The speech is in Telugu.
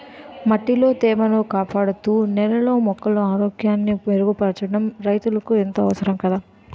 మట్టిలో తేమను కాపాడుతూ, నేలలో మొక్కల ఆరోగ్యాన్ని మెరుగుపరచడం రైతులకు ఎంతో అవసరం కదా